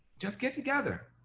just get together,